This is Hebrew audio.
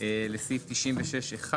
לסעיף 96(1)